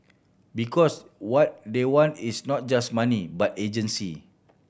because what they want is not just money but agency